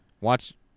Watch